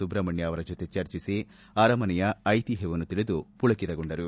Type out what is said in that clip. ಸುಬ್ರಮಣ್ಯ ಅವರ ಜೊತೆ ಚರ್ಚಿಸಿ ಅರಮನೆಯ ಐತಿಷ್ಯವನ್ನು ತಿಳಿದು ಮಳಿಕಿತಗೊಂಡರು